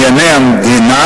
המדינה,